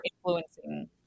influencing